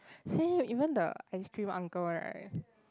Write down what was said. see even the ice cream uncle right